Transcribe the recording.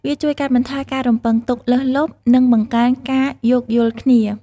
វាជួយកាត់បន្ថយការរំពឹងទុកលើសលប់ និងបង្កើនការយោគយល់គ្នា។